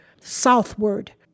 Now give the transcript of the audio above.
southward